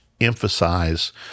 emphasize –